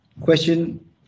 question